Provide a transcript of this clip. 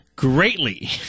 Greatly